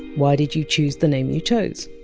why did you choose the name you chose?